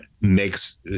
makes